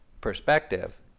perspective